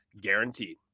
guaranteed